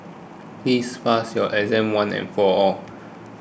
please pass your one and for all